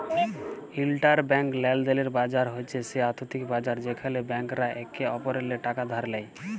interbank লেলদেলের বাজার হছে সে আথ্থিক বাজার যেখালে ব্যাংকরা একে অপরেল্লে টাকা ধার লেয়